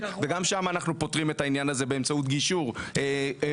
וגם שם אנחנו פותרים את העניין הזה באמצעות גישור מתון,